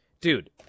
dude